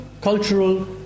cultural